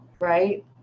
right